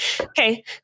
Okay